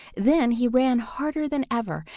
then he ran harder than ever,